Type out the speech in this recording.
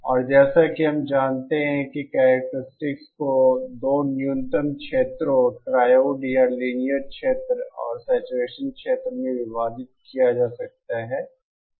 और जैसा कि हम जानते हैं कि करैक्टेरिस्टिक्स को 2 न्यूनतम क्षेत्रों ट्रायोड या लीनियर क्षेत्र और सैचुरेशन क्षेत्र में विभाजित किया जा सकता है